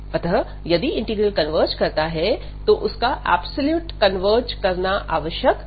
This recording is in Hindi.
अतः यदि इंटीग्रल कन्वर्ज करता है तो उसका ऐब्सोल्युटली कन्वर्ज करना आवश्यक नहीं है